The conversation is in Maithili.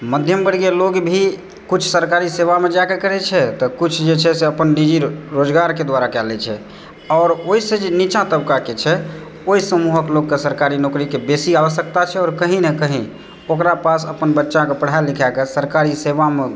मध्यम वर्गीय लोग भी कुछ सरकारी सेवामे जाके करय छै तऽ कुछ जे छै से अपन निजी रोजगारके द्वारा कए लेइ छै आओर ओहिसँ जे नीचाँ तबकाके छै ओहि समूहक लोककेँ सरकारी नौकरीके बेसी आवश्यकता छै आओर कहीं न कहीं ओकरा पास अपन बच्चाकेँ पढ़ा लिखाके सरकारी सेवामे